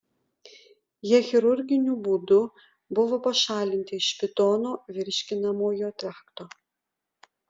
jie chirurginiu būdu buvo pašalinti iš pitono virškinamojo trakto